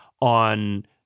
on